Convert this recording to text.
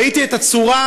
ראיתי את הצורה,